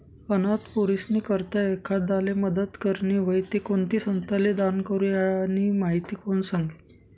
अनाथ पोरीस्नी करता एखांदाले मदत करनी व्हयी ते कोणती संस्थाले दान करो, यानी माहिती कोण सांगी